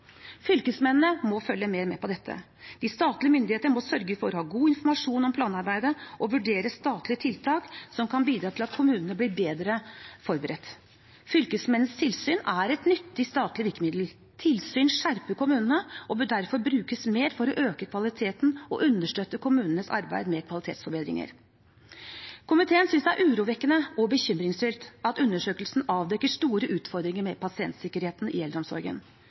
Fylkesmennene må følge mer med på dette. De statlige myndigheter må sørge for å ha god informasjon om planarbeidet og vurdere statlige tiltak som kan bidra til at kommunene blir bedre forberedt. Fylkesmennenes tilsyn er et nyttig statlig virkemiddel. Tilsyn skjerper kommunene og bør derfor brukes mer for å øke kvaliteten og understøtte kommunenes arbeid med kvalitetsforbedringer. Komiteen synes det er urovekkende og bekymringsfullt at undersøkelsen avdekker store utfordringer med pasientsikkerheten i eldreomsorgen.